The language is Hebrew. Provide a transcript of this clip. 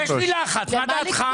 יש לי לחץ, מה דעתך?